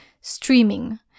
streaming